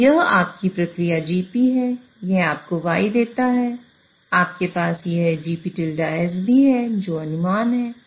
तो यह आपकी प्रक्रिया Gp है यह आपको y देता है आपके पास यह भी है जो अनुमान है